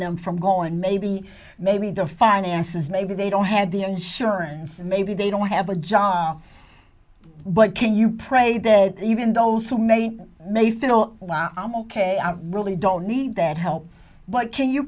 them from going maybe maybe their finances maybe they don't have the insurance maybe they don't have a job but can you pray that even those who may may feel i'm ok i really don't need that help but can you